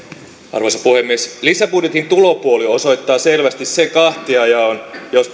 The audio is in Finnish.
arvoisa puhemies lisäbudjetin tulopuoli osoittaa selvästi sen kahtiajaon